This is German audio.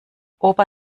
opa